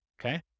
Okay